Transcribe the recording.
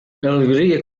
alegria